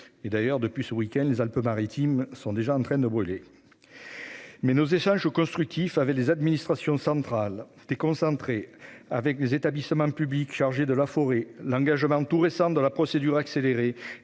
Pour preuve, depuis ce week-end, les Alpes-Maritimes sont déjà en train de brûler. Toutefois, l'aspect constructif de nos échanges avec les administrations centrales et déconcentrées et avec les établissements publics chargés de la forêt, l'engagement tout récent de la procédure accélérée